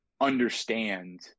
understand